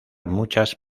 muchas